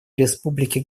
республики